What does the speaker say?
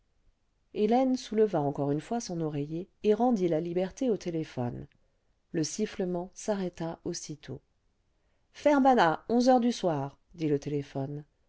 hélène souleva encore une fois son oreiller et rendit la liberté au téléphone le sifflement s'arrêta aussitôt ferbana heures du soir dit le téléphone